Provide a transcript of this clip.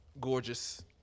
gorgeous